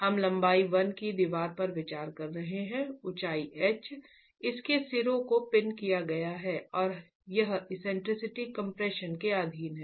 हम लंबाई l की दीवार पर विचार कर रहे हैं ऊँचाई h इसके सिरों को पिन किया गया है और यह एक्सेंट्रिक कम्प्रेशन के अधीन है